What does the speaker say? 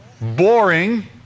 boring